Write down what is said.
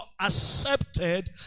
accepted